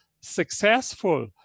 successful